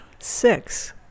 Six